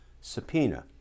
subpoena